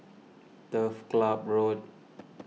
Turf Ciub Road